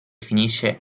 finisce